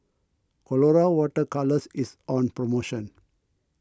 Colora Water Colours is on promotion